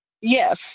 Yes